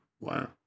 Wow